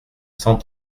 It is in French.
cent